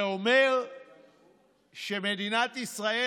זה אומר שמדינת ישראל,